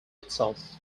itself